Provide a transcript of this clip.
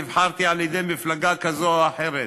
נבחרתי על-ידי מפלגה כזו או אחרת,